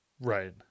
Right